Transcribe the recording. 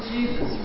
Jesus